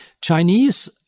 Chinese